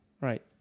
Right